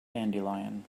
dandelion